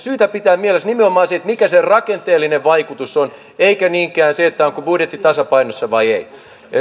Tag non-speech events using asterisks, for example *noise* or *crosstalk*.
*unintelligible* syytä pitää mielessä nimenomaan se mikä se rakenteellinen vaikutus on eikä niinkään se onko budjetti tasapainossa vai ei